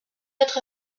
autre